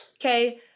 Okay